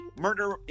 Murder